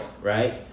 right